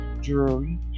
jewelry